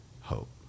hope